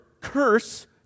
curse